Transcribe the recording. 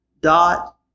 Dot